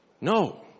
No